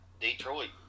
Detroit